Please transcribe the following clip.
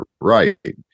right